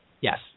Yes